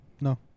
No